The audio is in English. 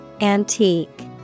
Antique